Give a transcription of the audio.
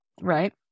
Right